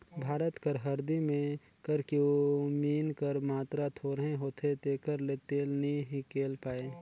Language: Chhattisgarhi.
भारत कर हरदी में करक्यूमिन कर मातरा थोरहें होथे तेकर ले तेल नी हिंकेल पाए